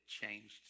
changed